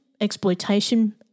exploitation